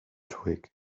twig